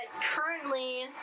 currently